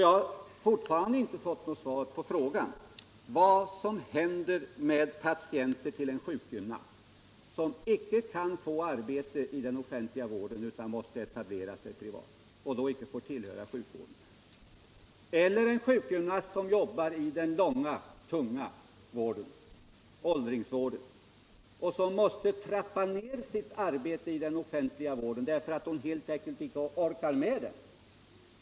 Jag har ännu inte fått något svar på frågan vad som händer med patienter till en sjukgymnast som icke kan få arbete i den offentliga vården utan måste etablera sig privat och då inte faller under sjukförsäkringen, eller en sjukgymnast som jobbar i den långa, tunga åldringsvården och som måste trappa ner sitt arbete i den offentliga vården, därför att hon helt enkelt inte orkar med det.